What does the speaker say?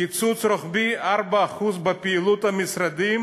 קיצוץ רוחבי של 4% בפעילות המשרדים